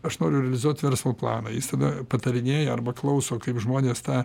aš noriu realizuot verslo planą jis tada patarinėja arba klauso kaip žmonės tą